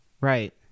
Right